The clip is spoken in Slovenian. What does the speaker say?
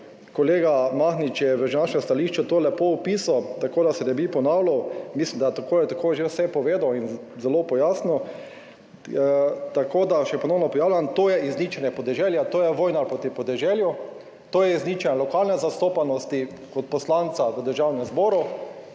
Kolega Mahnič je v našem stališču to lepo opisal, tako da se ne bi ponavljal. Mislim, da je tako ali tako že vse povedal in zelo pojasnil. Tako da se ponovno pojavljam. To je izničenje podeželja, to je vojna proti podeželju, to je izničenje lokalne zastopanosti kot poslanca v Državnem zboru